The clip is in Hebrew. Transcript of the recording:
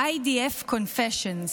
IDF Confessions.